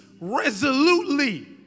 resolutely